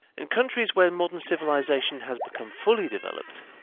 in countries where modern civilisation has become fully developed,